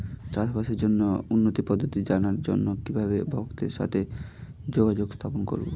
চাষবাসের জন্য উন্নতি পদ্ধতি জানার জন্য কিভাবে ভক্তের সাথে যোগাযোগ স্থাপন করব?